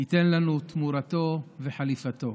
ייתן לנו תמורתו וחליפתו.